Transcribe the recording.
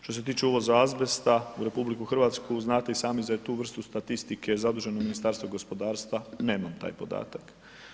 Što se tiče uvoza azbesta u RH, znate i sami da je za tu vrstu statistike zaduženo Ministarstvo gospodarstva, nemam taj podatak.